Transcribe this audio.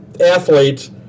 athletes